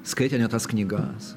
skaitė ne tas knygas